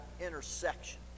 intersection